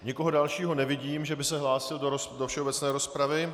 Nikoho dalšího nevidím, že by se hlásil do všeobecné rozpravy.